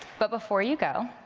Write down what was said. but before you go,